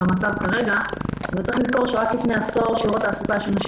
המצב כרגע אבל צריך לזכור שרק לפני עשור שיעור התעסוקה של נשים